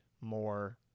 more